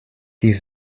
die